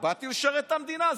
באתי לשרת את המדינה.